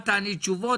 את תעני תשובות,